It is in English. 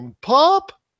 Pop